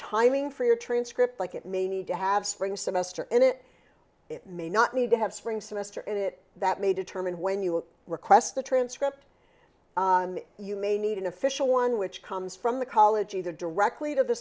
timing for your transcript like it may need to have spring semester in it it may not need to have spring semester in it that may determine when you request a transcript you may need an official one which comes from the college either directly to the